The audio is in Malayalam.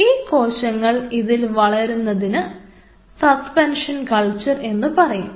ഈ കോശങ്ങൾ ഇതിൽ വളരുന്നതിന് സസ്പെൻഷൻ കൾച്ചർ എന്നു പറയും